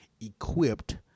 equipped